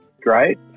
great